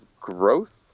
growth